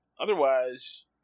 otherwise